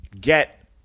Get